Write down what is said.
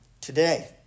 today